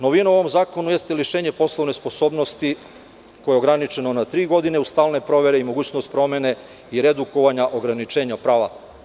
Novina u ovom zakonu jeste lišenje poslovne sposobnosti koje je ograničeno na tri godine u stalne provere i mogućnost provere i redukovanja ograničenja prava.